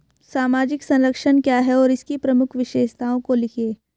सामाजिक संरक्षण क्या है और इसकी प्रमुख विशेषताओं को लिखिए?